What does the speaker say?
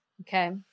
okay